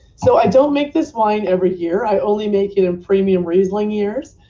so i don't make this wine every year. i only make it in premium riesling years.